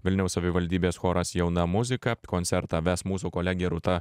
vilniaus savivaldybės choras jauna muzika koncertą ves mūsų kolegė rūta